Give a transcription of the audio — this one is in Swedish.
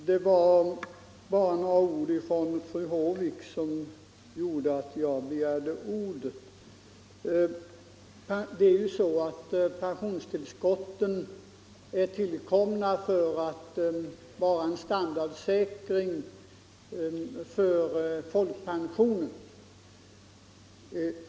Herr talman! Några ord av fru Håvik ger mig anledning till en replik. Pensionstillskotten är ju tillkomna för att vara en standardsäkring för folkpensionen.